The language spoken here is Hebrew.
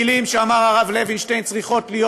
המילים שאמר הרב לוינשטיין צריכות להיות